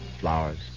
flowers